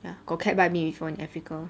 ya got cat bite me before in Africa